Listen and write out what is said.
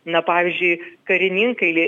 na pavyzdžiui karininkai